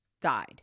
died